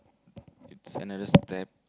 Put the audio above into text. it's another step